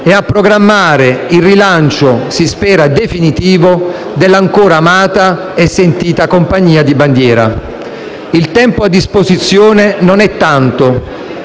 e a programmare il rilancio - si spera definitivo - dell'ancora amata e sentita compagnia di bandiera. Il tempo a disposizione non è tanto